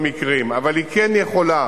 אבל היא כן יכולה,